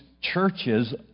churches